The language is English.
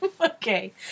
Okay